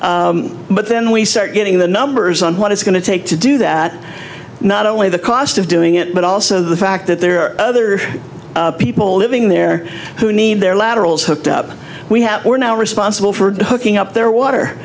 but then we start getting the numbers on what it's going to take to do that not only the cost of doing it but also the fact that there are other people living there who need their laterals hooked up we have we're now responsible for hooking up their water